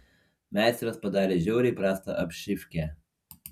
meistras padarė žiauriai prastą apšyvkę